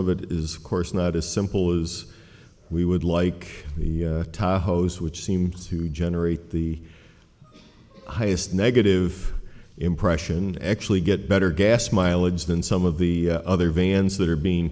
of it is course not as simple as we would like the hose which seems to generate the highest negative impression actually get better gas mileage than some of the other vans that are being